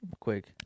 quick